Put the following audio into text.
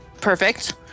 Perfect